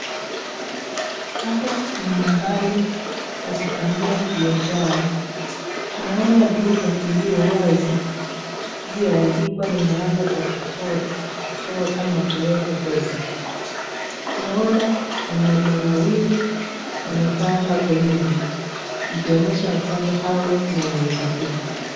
Hapa ni mahali pa kufanyia biashara, tunaona duka iliyo wazi iliyoandikwa ni mahali pa kutoa ama kuweka pesa. Tunaona wanaume wawili wamekaa hapo nje, ikionyesha ya kwamba hawa ni wauza duka.